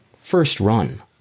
first-run